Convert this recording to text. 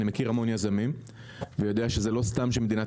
אני מכיר המון יזמים ויודע שזה לא סתם שמדינת